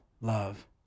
love